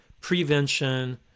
prevention